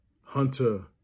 Hunter